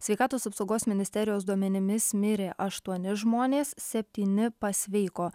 sveikatos apsaugos ministerijos duomenimis mirė aštuoni žmonės septyni pasveiko